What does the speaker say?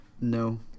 No